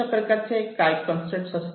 अशा प्रकारचे काय कंसट्रेन असतात